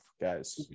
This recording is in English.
guys